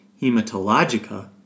Hematologica